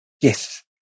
Yes